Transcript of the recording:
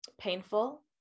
painful